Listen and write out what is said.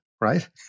right